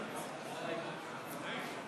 היושבת-ראש.